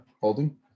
holding